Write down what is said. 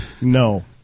No